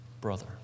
brother